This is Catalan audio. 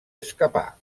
escapar